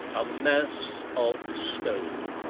a mass of stone!